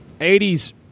80s